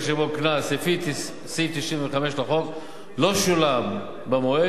שבו קנס לפי סעיף 95 לחוק לא שולם במועד,